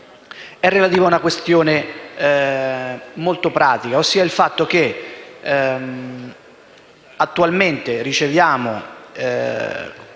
è relativo a una questione molto pratica, ossia il fatto che attualmente i senatori